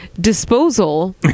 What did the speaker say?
Disposal